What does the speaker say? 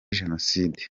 jenoside